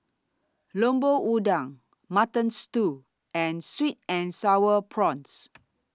Lemper Udang Mutton Stew and Sweet and Sour Prawns